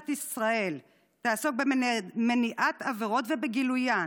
ישראל תעסוק במניעת עבירות ובגילוין,